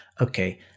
okay